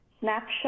snapshot